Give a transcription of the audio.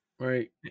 Right